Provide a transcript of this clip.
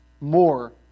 more